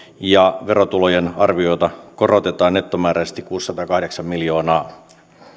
ja verotulojen arviota korotetaan nettomääräisesti kuusisataakahdeksan miljoonaa